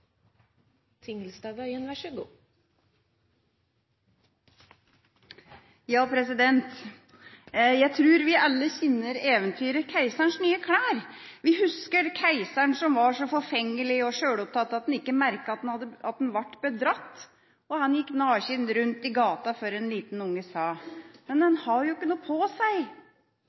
keiseren som var så forfengelig og sjølopptatt at han ikke merket at han ble bedratt og gikk naken rundt i gaten, før en liten unge sa: Men han har jo ikke noe på seg.